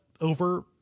over